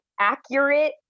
accurate